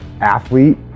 athlete